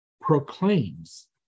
proclaims